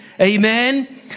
Amen